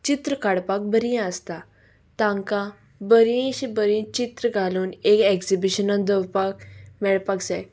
चित्र काडपाक बरी आसता तांकां बरशीं बरी चित्र घालून एक एक्जिबिशनां दवरपाक मेळपाक जाय